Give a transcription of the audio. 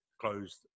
closed